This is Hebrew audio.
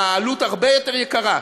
העלות הרבה יותר גדולה.